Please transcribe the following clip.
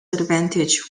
advantage